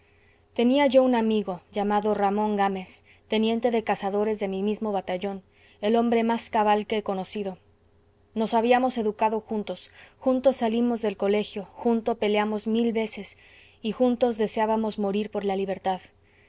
tenía yo un amigo llamado ramón gámez teniente de cazadores de mi mismo batallón el hombre más cabal que he conocido nos habíamos educado juntos juntos salimos del colegio juntos peleamos mil veces y juntos deseábamos morir por la libertad